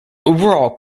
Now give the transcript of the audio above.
overall